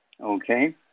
okay